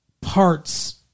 parts